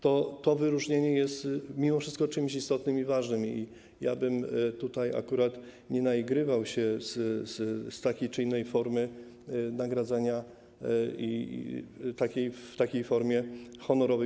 To wyróżnienie jest mimo wszystko czymś istotnym i ważnym, więc ja bym tutaj akurat nie naigrywał się z takiej czy innej formy nagradzania, z takiej formy honorowej.